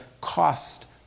cost